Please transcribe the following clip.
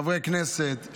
חברי כנסת,